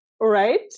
right